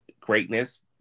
Greatness